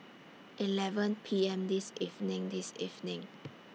eleven P M This evening This evening